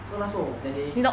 so 那时候 that day